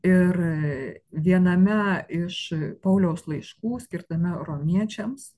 ir viename iš pauliaus laiškų skirtame romiečiams